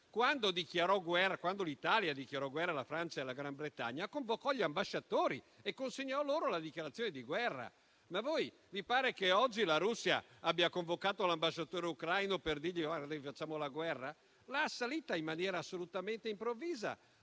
quindi l'Italia, dichiarò guerra alla Francia e alla Gran Bretagna, convocando gli ambasciatori e consegnando loro la dichiarazione di guerra. Vi pare che oggi la Russia abbia convocato l'ambasciatore ucraino per avvisarlo della dichiarazione di guerra? Ha assalito il Paese in maniera assolutamente improvvisa.